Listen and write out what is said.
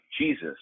Jesus